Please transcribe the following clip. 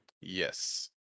Yes